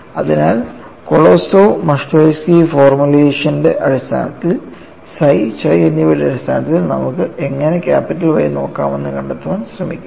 അതിനാൽ Kolosov Muskhelishvili ഫോർമുലേഷന്റെ അടിസ്ഥാനത്തിൽ psi chi എന്നിവയുടെ അടിസ്ഥാനത്തിൽ നമുക്ക് എങ്ങനെ ക്യാപിറ്റൽ Y നോക്കാമെന്ന് കണ്ടെത്താൻ നമ്മൾ ശ്രമിക്കും